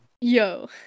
yo